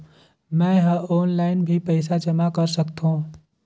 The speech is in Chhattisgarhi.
मैं ह ऑनलाइन भी पइसा जमा कर सकथौं?